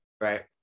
right